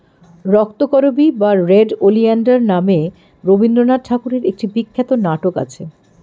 রক্তকরবী বা red oleander নামে রবিন্দ্রনাথ ঠাকুরের একটি বিখ্যাত নাটক আছে